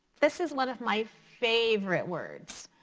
this is one of my favorite words.